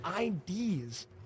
IDs